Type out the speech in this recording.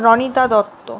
Ronita Dutta